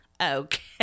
okay